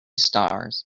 stars